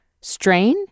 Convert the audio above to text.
strain